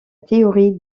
théorie